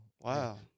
Wow